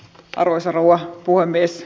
arvoisa rouva puhemies